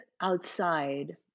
outside